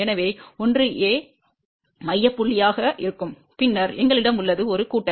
எனவே 1 ஏ மைய புள்ளியாக இருக்கும் பின்னர் எங்களிடம் உள்ளது ஒரு கூட்டல்